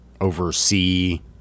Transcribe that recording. oversee